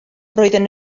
roedden